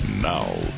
now